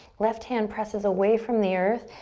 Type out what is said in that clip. left hand presses away from the earth.